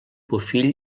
bofill